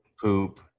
poop